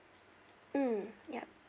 mm yup